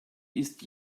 ist